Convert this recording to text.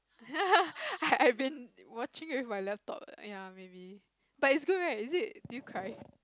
I I've been watching it with my laptop ya maybe but it's good right is it do you cry